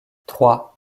trois